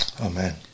Amen